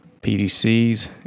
PDCs